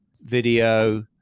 video